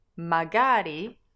Magari